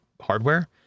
hardware